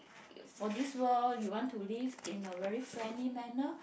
for this world you want to live in a very friendly manner